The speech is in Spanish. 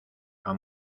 han